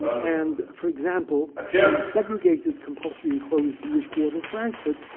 and and, for example, the segregated compulsory enclosed jewish quarter, frankfort,